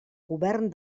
govern